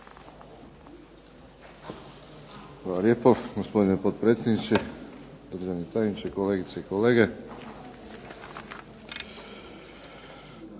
Hvala lijepo gospodine potpredsjedniče, državni tajniče, kolegice i kolege.